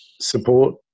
support